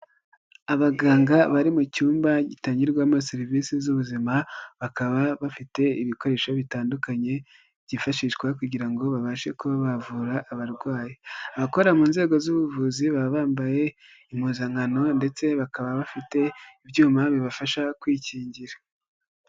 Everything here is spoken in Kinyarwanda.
Abaganga bari mu cyumba gitangirwamo serivisi z'ubuzima, bakaba bafite ibikoresho bitandukanye byifashishwa kugira ngo babashe kubavura abarwayi. Abakora mu nzego z'ubuvuzi baba bambaye impuzankano, ndetse bakaba bafite ibyuma bibafasha kwikingira.